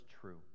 true